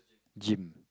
gym